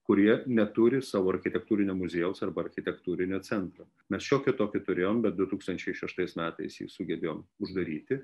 kurie neturi savo architektūrinio muziejaus arba architektūrinio centro mes šiokį tokį turėjom bet du tūkstančiai šeštais metais jį sugebėjom uždaryti